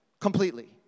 Completely